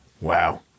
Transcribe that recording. wow